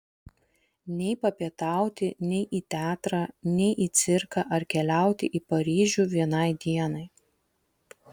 nei papietauti nei į teatrą nei į cirką ar keliauti į paryžių vienai dienai